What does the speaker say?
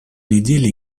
неделе